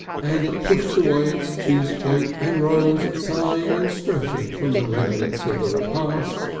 and it pushed away its cheese plates and rose sighing and stretching from the remains of the repast,